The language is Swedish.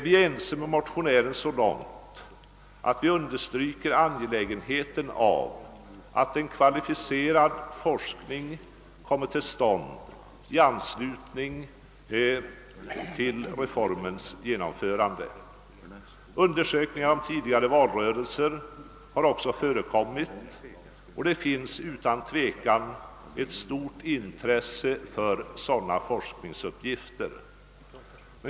Vi är ense med motionären så långt, att vi understryker angelägenheten av att en kvalificerad forskning kommer till stånd i anslutning till reformens genomförande. Undersökningar har också förekommit av tidigare valrörelser, och det finns utan tvivel ett stort intresse för sådana forskningsuppgifter.